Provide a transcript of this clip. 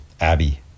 Abby